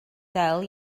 ddel